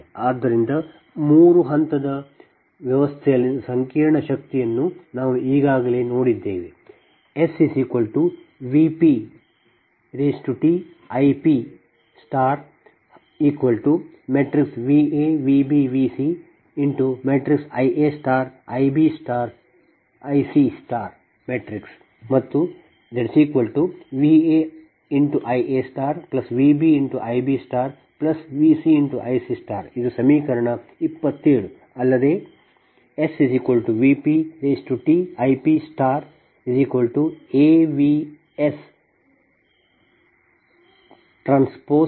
ಆದ್ದರಿಂದ ಮೂರು ಹಂತದ ವ್ಯವಸ್ಥೆಯಲ್ಲಿನ ಸಂಕೀರ್ಣ ಶಕ್ತಿಯನ್ನು ನಾವು ಈಗಾಗಲೇ ನೋಡಿದ್ದೇವೆ SVpTIpVa Vb Vc Ia Ib Ic VaIaVbIbVcIc ಇದು ಸಮೀಕರಣ 27